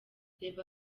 reba